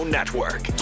Network